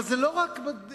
אבל זה לא רק דיינים.